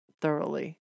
thoroughly